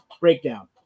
breakdown